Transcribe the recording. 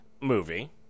movie